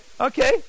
Okay